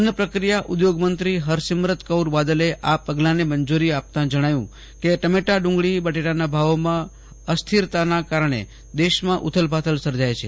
અન્નપ્રક્રિયા ઉદ્યોગમંત્રી હરસીમરત કૌર બાદલે આ પગલાને મંજૂરી આપતા જણાવ્યું કે ટમેટા ડુંગળી બટેટાના ભાવોમાં અસ્થિરતાના કારણે દેશમાં ઉથલપાથલ સર્જાય છે